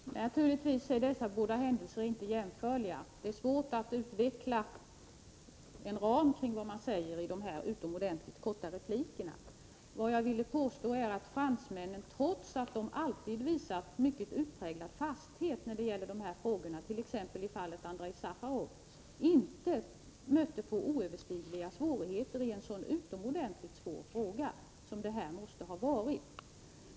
Herr talman! Naturligtvis är dessa båda händelser inte jämförliga. Det är svårt att utveckla en ram kring vad man säger i så här utomordentligt korta repliker. Vad jag emellertid ville påstå är att fransmännen, trots att de alltid visat en mycket utpräglad fasthet i sådana här frågor — t.ex. i fallet Andrej Sacharov — inte mötte oöverstigliga svårigheter i en så utomordentligt svår fråga som det här ju måste ha varit.